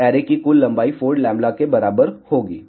तो ऐरे की कुल लंबाई 4λ के बराबर होगी